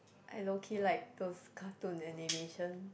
I low key like those cartoon animation